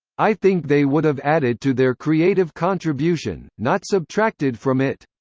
i think they would've added to their creative contribution, not subtracted from it.